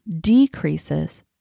decreases